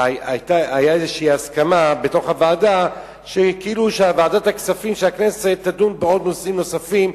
היתה הסכמה בוועדה כאילו ועדת הכספים של הכנסת תדון בנושאים נוספים,